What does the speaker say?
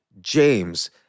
James